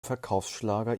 verkaufsschlager